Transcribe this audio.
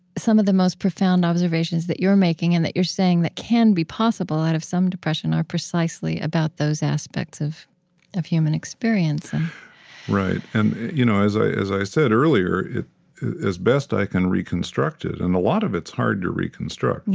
some of the most profound observations that you're making and that you're saying, that can be possible out of some depression, are precisely about those aspects of of human experience right, and you know as i as i said earlier, as best i can reconstruct it and a lot of it's hard to reconstruct,